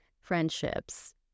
friendships